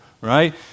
right